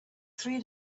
three